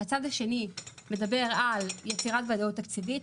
הצד השני מדבר על יצירת וודאות תקציבית,